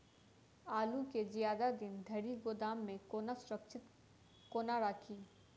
आलु केँ जियादा दिन धरि गोदाम मे कोना सुरक्षित कोना राखि?